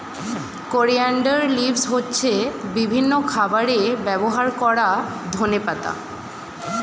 coriander leaves হচ্ছে বিভিন্ন খাবারে ব্যবহার করা ধনেপাতা